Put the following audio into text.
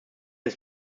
ist